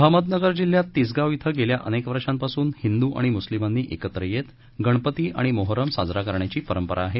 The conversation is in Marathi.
अहमदनगर जिल्ह्यात तिसगाव श्वे गेल्या अनेक वर्षांपासून हिंदू मुस्लिमांनी एकत्र येत गणपती आणि मोहरम साजरा करण्याची परंपरा आहे